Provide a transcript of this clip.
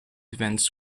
events